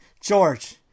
George